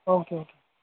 okay okay